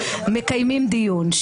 מקיימים דיון,